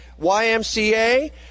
YMCA